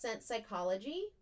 psychology